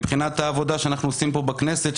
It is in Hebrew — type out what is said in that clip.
מבחינת העבודה שאנחנו עושים פה בכנסת,